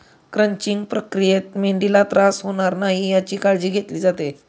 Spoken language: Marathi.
क्रंचिंग प्रक्रियेत मेंढीला त्रास होणार नाही याची काळजी घेतली जाते